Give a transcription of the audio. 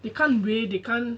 you can't wait they can't